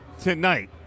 tonight